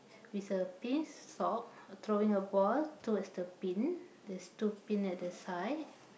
with a pink sock throwing a ball towards the bin there's two bin at the side